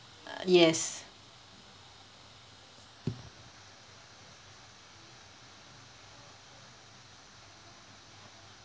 yes